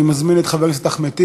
אני מזמין את חבר הכנסת אחמד טיבי.